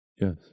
yes